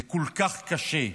זה כל כך קשה.